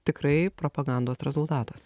tikrai propagandos rezultatas